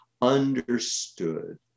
understood